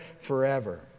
forever